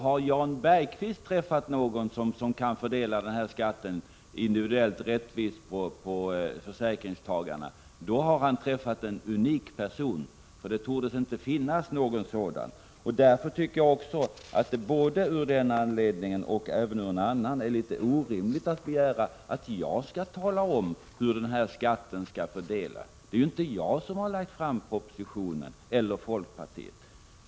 Har Jan Bergqvist träffat någon som kan fördela den här skatten individuellt rättvist på försäkringstagarna, då har han träffat en unik person, för det torde inte finnas någon sådan. Därför tycker jag att det både av den anledningen och även av en annan är litet orimligt att begära att jag skall tala om hur skatten skall fördelas. Det är ju inte jag eller folkpartiet som har lagt fram propositionen.